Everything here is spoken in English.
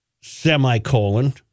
Semicolon